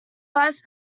vice